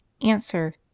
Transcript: Answer